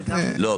לא.